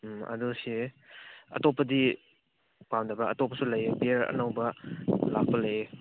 ꯎꯝ ꯑꯗꯣ ꯁꯤ ꯑꯇꯣꯞꯄꯗꯤ ꯄꯥꯝꯗꯕ꯭ꯔꯥ ꯑꯇꯣꯞꯄꯁꯨ ꯂꯩꯌꯦ ꯕꯤꯌꯔ ꯑꯅꯧꯕ ꯂꯥꯛꯄ ꯂꯩꯌꯦ